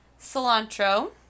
cilantro